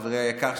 חברי היקר,